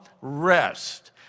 rest